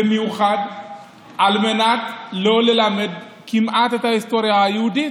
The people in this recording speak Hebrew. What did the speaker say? במיוחד על מנת לא ללמד כמעט את ההיסטוריה היהודית,